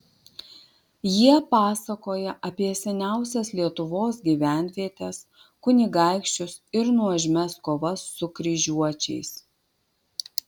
jie pasakoja apie seniausias lietuvos gyvenvietes kunigaikščius ir nuožmias kovas su kryžiuočiais